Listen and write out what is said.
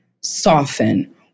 soften